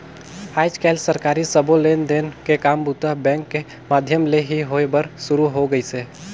आयज कायल सरकारी सबो लेन देन के काम बूता बेंक के माधियम ले ही होय बर सुरू हो गइसे